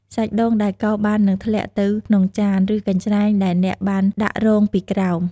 សាច់ដូងដែលកោសបាននឹងធ្លាក់ទៅក្នុងចាន ឬកញ្ច្រែងដែលអ្នកបានដាក់រងពីក្រោម។